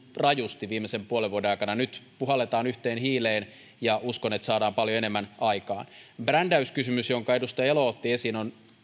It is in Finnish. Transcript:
rajusti viimeisen puolen vuoden aikana nyt puhalletaan yhteen hiileen ja uskon että saadaan paljon enemmän aikaan brändäyskysymys jonka edustaja elo otti esiin on